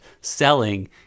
selling